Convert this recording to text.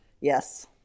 Yes